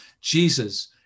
Jesus